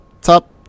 top